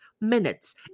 minutes